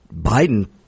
Biden